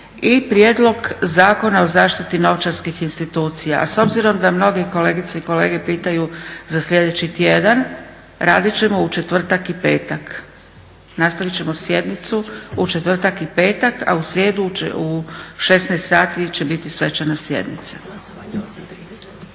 i prijedlog Zakona o zaštiti novčarskih institucija. A s obzirom da mnoge kolegice i kolege pitaju za sljedeći tjedan radit ćemo u četvrtak i petak. Nastavit ćemo sjednicu u četvrtak i petak, a u srijedu u 16,00 sati će biti svečana sjednica.